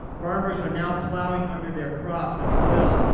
farmers are now plowing under their crops as well,